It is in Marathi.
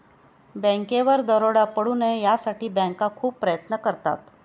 बँकेवर दरोडा पडू नये यासाठी बँका खूप प्रयत्न करतात